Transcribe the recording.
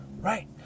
right